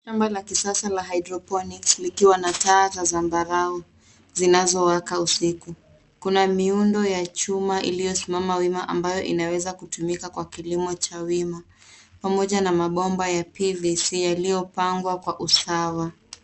Shamba la kisasa la hydroponics likiwa na taa za zambarau zinazowaka usiku. Kuna miundo ya chuma iliyosimama wima ambayo inaweza kutumika kwa kilimo cha wima pamoja na mabomba ya PVC yaliyopangwa kwa usawa.